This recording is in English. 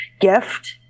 gift